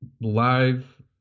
live